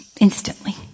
instantly